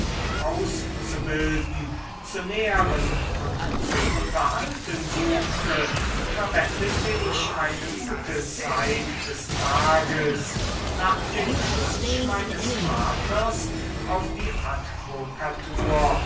auszubilden zu nähren und zu unterhalten suchte verwendete ich eine gute zeit des tages nach dem wunsch meines vaters auf die advokatur